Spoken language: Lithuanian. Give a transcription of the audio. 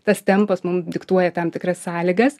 tas tempas mum diktuoja tam tikras sąlygas